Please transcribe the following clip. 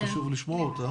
חשוב לי לשמוע אותה.